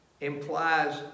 implies